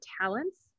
talents